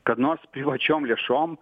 kad nors privačiom lėšom